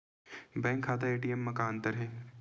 Bank खाता ATM मा का अंतर हे?